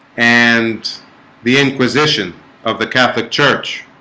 and the inquisition of the catholic church